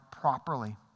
properly